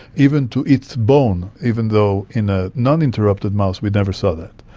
even to eat the bone, even though in a non-interrupted mouse we never saw that.